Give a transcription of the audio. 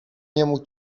niemu